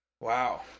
Wow